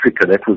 Africa